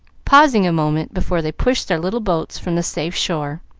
pausing a moment before they push their little boats from the safe shore.